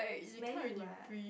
smelly what